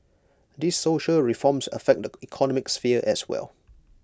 these social reforms affect the economic sphere as well